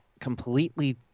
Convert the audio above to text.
completely